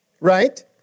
right